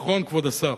נכון, כבוד השר?